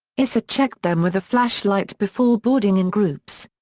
issa checked them with a flashlight before boarding in groups.